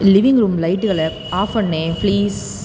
living room லைட்டுகளை off பண்ணு please